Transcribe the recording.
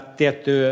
tietty